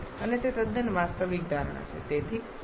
અને તે તદ્દન વાસ્તવિક ધારણા છે